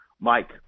Mike